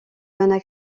donnent